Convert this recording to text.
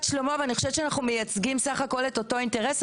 חושבת שאנחנו מייצגים בסך הכול את אותו אינטרס,